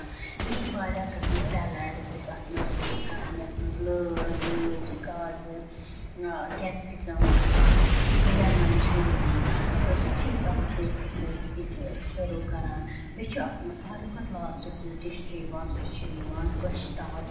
بیٚیہِ چھِ واریاہ قٕسمہٕ سیلیڈٕس أسۍ اَتھ منٛز چھِ یوٗز کران یَتھ منٛز لٲر مُجھ گازرِ کیپسِکم لیمَن چھُ یِوان تہٕ سُہ چھِ أسۍ اَتھ سۭتہِ سۭتۍ سٔرٕو کران بیٚیہِ چھُ اَتھ منٛز ساروی کھۄتہٕ لاسٹَس یُس ڈِش چھُ یِوان سُہ چھُ یِوان گۄشتاب